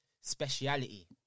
speciality